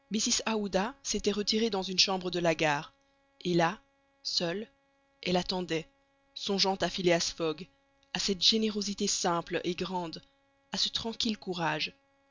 s'était retirée dans une chambre de la gare et là seule elle attendait songeant à phileas fogg à cette générosité simple et grande à ce tranquille courage